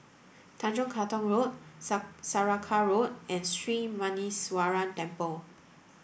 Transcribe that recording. Tanjong Katong Road Saraca Road and Sri Muneeswaran Temple